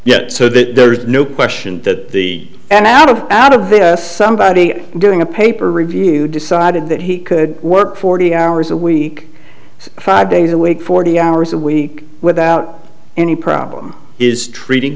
so there's no question that the and out of out of it us somebody doing a paper review decided that he could work forty hours a week five days a week forty hours a week without any problem is treating